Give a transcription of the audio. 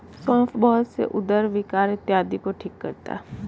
सौंफ बहुत से उदर विकार इत्यादि को ठीक करता है